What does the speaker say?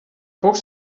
koch